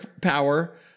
power